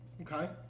Okay